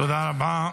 תודה רבה.